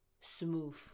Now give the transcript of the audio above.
smooth